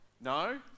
No